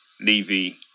Levy